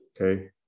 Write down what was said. okay